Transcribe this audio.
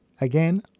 again